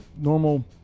normal